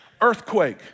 Earthquake